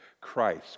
Christ